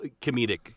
comedic